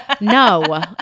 no